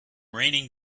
raining